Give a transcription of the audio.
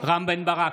רם בן ברק,